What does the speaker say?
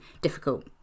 difficult